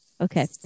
Okay